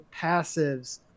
passives